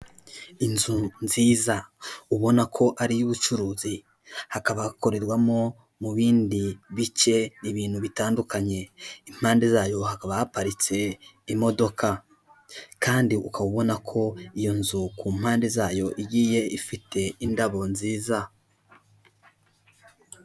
Inzu nziza ubona ko ari iy'ubucuruzi hakaba hakorerwamo mu bindi bice ibintu bitandukanye impande zayo hakaba haparitse imodoka kandi ukaba ubona ko iyo nzu ku mpande zayo igiye ifite indabo nziza.